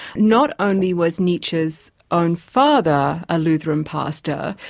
not only was nietzsche's own father a lutheran pastor,